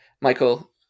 Michael